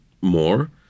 more